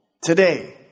Today